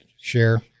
share